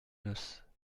noces